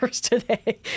today